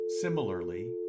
Similarly